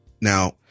now